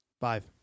Five